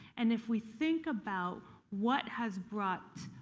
and if we think about what has brought